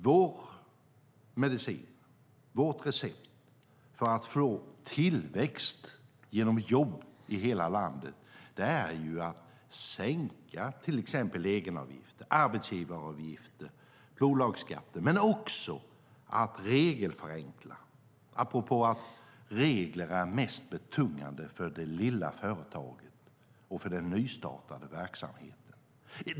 Vår medicin, vårt recept, för att få tillväxt genom jobb i hela landet är att sänka till exempel egenavgifter, arbetsgivaravgifter och bolagsskatten men också att regelförenkla - det säger jag apropå att regler är mest betungande för det lilla företaget och för den nystartade verksamheten.